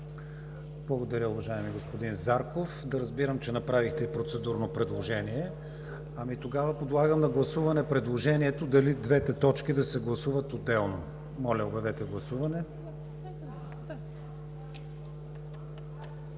Благодаря, уважаеми господин Зарков. Да разбирам, че направихте процедурно предложение. Подлагам на гласуване предложението двете точки да се гласуват отделно. Гласували